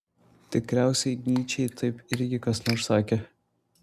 tikriausiai nyčei taip irgi kas nors sakė